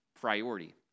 priority